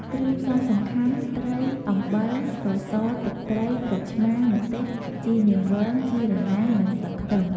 គ្រឿងផ្សំសំខាន់ ត្រី អំបិល ស្ករស ទឹកត្រី ក្រូចឆ្មារ ម្ទេស ជីនាងវង ជីរណា និងស្លឹកខ្ទឹម។